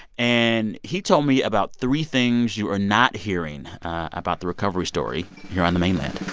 and he told me about three things you are not hearing about the recovery story here on the mainland